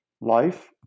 life